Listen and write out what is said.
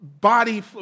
body